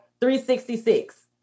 366